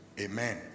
amen